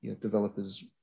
developers